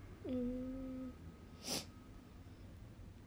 mm